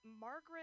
Margaret